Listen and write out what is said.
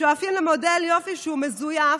שואפים למודל יופי מזויף.